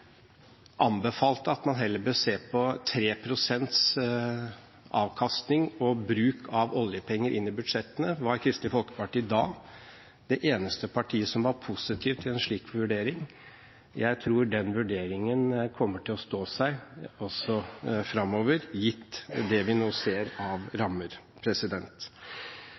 anbefalte at man heller burde se på 3 pst. avkastning og bruk av oljepenger inn i budsjettene, var Kristelig Folkeparti det eneste partiet som var positiv til en slik vurdering. Jeg tror den vurderingen kommer til å stå seg også fremover, gitt det vi nå ser av rammer.